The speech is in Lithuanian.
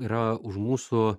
yra už mūsų